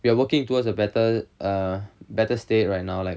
we're working towards a better uh better state right now like